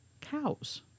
Cows